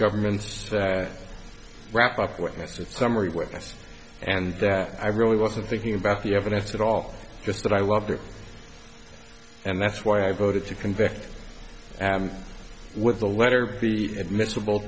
government's to wrap up witnesses summary with us and that i really wasn't thinking about the evidence at all just that i loved it and that's why i voted to convict with the letter be admissible